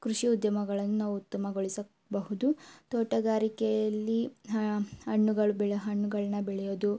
ಕೃಷಿ ಉದ್ಯಮಗಳನ್ನ ನಾವು ಉತ್ತಮಗೊಳಿಸಬಹುದು ತೋಟಗಾರಿಕೆಯಲ್ಲಿ ಹಣ್ಣುಗಳ್ ಬಿಳ ಹಣ್ಣುಗಳನ್ನ ಬೆಳೆಯೋದು